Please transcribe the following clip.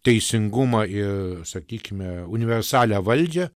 teisingumą ir sakykime universalią valdžią